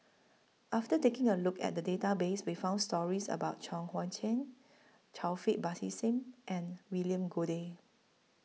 after taking A Look At Database We found stories about Chuang Hui Tsuan Taufik Batisah and William Goode